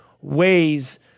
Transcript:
ways